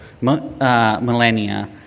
millennia